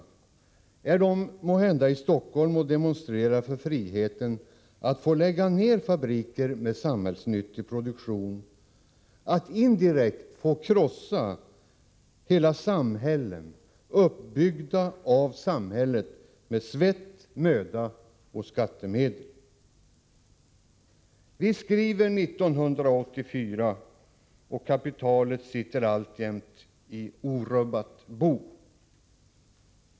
Var de i Stockholm och demonstrerade för friheten att få lägga ned fabriker med samhällsnyttig produktion — att indirekt "få krossa hela samhällen, uppbyggda med svett, möda och skattemedel? Vi skriver 1984, och kapitalet sitter alltjämt i orubbat bo!